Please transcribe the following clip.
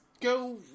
go